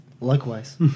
Likewise